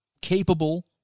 capable